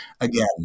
again